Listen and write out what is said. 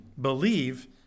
believe